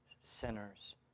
sinners